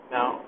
Now